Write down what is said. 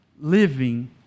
living